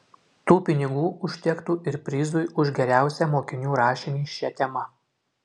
tų pinigų užtektų ir prizui už geriausią mokinių rašinį šia tema